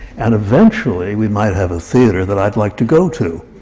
and eventually, we might have a theatre that i'd like to go to!